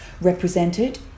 represented